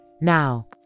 Now